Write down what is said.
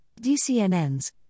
DCNNs